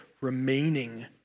remaining